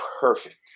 perfect